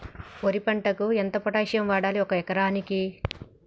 వరి పంటకు ఎంత పొటాషియం వాడాలి ఒక ఎకరానికి?